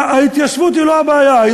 ההתיישבות היא לא הבעיה,